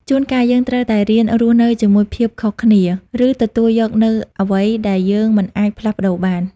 ជួនកាល យើងត្រូវតែរៀនរស់នៅជាមួយភាពខុសគ្នា ឬទទួលយកនូវអ្វីដែលយើងមិនអាចផ្លាស់ប្តូរបាន។